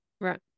Right